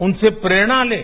उनसे प्रेरणा लें